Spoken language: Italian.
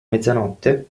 mezzanotte